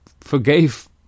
forgave